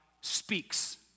speaks